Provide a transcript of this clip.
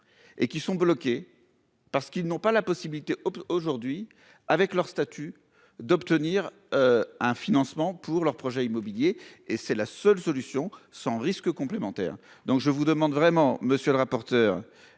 Et qui sont bloqués parce qu'ils n'ont pas la possibilité aujourd'hui avec leur statut d'obtenir. Un financement pour leur projet immobilier. Et c'est la seule solution sans risque complémentaires donc je vous demande vraiment monsieur le rapporteur